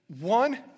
one